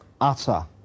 utter